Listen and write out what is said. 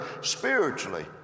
spiritually